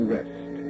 Rest